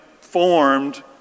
formed